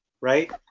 right